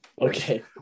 Okay